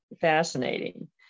fascinating